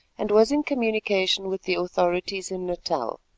and was in communication with the authorities in natal.